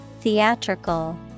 Theatrical